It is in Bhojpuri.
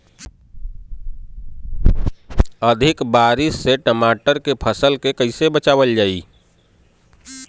अधिक बारिश से टमाटर के फसल के कइसे बचावल जाई?